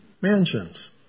mansions